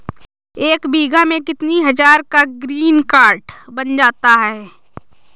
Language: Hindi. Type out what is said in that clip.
एक बीघा में कितनी हज़ार का ग्रीनकार्ड बन जाता है?